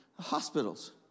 hospitals